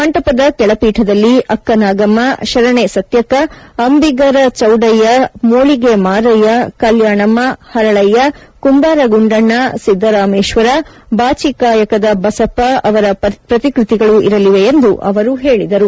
ಮಂಟಪದ ಕೆಳಪೀಠದಲ್ಲಿ ಅಕ್ಕನಾಗಮ್ಮ ಶರಣೆ ಸತ್ಯಕ್ಕ ಅಂಬಿಗರಚೌದಯ್ಯ ಮೋಳಿಗೆ ಮಾರಯ್ಲ ಕೆಲ್ಯಾಣಮ್ಮ ಹರಳಯ್ಲ ಕುಂಬಾರಗುಂಡಣ್ಣ ಸಿದ್ದರಾಮೇಶ್ವರ ಬಾಚಿಕಾಯಕದ ಬಸಪ್ದ ಅವರ ಪ್ರತಿಕೃತಿಗಳು ಇರಲಿವೆ ಎಂದು ಅವರು ಹೇಳಿದರು